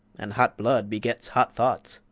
and hot blood begets hot thoughts,